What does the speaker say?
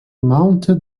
mounted